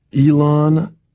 Elon